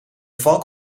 valk